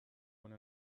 one